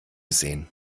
sehen